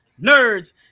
nerds